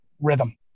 rhythm